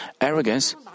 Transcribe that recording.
arrogance